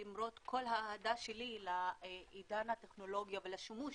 למרות כל האהדה שלי לעידן הטכנולוגיה ולשימוש